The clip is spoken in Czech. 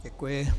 Děkuji.